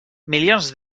milions